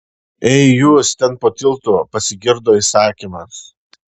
ei jūs ten po tiltu pasigirdo įsakymas